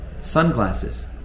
Sunglasses